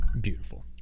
beautiful